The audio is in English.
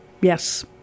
Yes